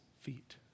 feet